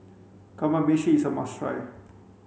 kamameshi is a must try